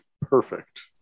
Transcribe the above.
perfect